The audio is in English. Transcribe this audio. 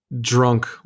drunk